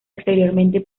exteriormente